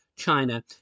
China